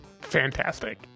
Fantastic